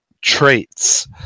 Traits